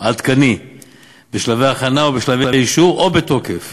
עדכני בשלבי הכנה או בשלבי אישור או בתוקף,